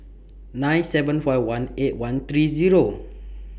nine seven five one eight one three Zero